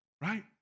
right